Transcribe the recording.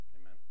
Amen